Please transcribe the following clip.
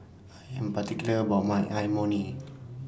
I Am particular about My Imoni